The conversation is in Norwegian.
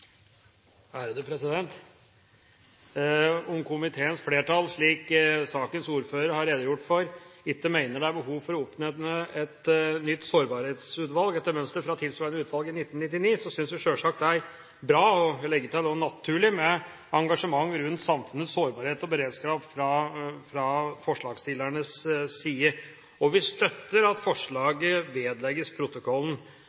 behov for å oppnevne et nytt sårbarhetsutvalg etter mønster fra tilsvarende utvalg i 1999, synes vi sjølsagt det er bra – og jeg vil legge til – også naturlig med engasjement rundt samfunnets sårbarhet og beredskap fra forslagsstillernes side. Vi støtter at